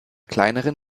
kleineren